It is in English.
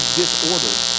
disordered